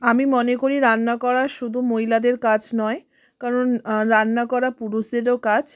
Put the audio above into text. আমি মনে করি রান্না করা শুধু মহিলাদের কাজ নয় কারণ রান্না করা পুরুষদেরও কাজ